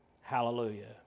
Hallelujah